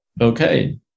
okay